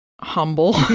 humble